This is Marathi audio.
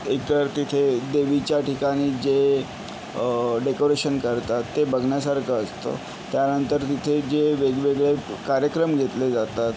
एकतर तिथे देवीच्या ठिकाणी जे डेकोरेशन करतात ते बघण्यासारखं असतं त्यानंतर तिथे जे वेगवेगळे कार्यक्रम घेतले जातात